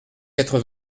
quatre